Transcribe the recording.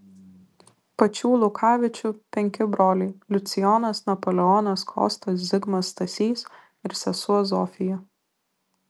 pačių lukavičių penki broliai liucijonas napoleonas kostas zigmas stasys ir sesuo zofija